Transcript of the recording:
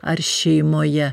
ar šeimoje